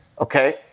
Okay